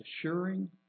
assuring